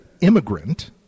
immigrant